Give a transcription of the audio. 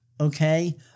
okay